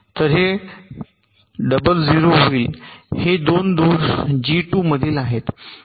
तर हे 0 0 होईल हे 2 दोष जी 2 मधील आहेत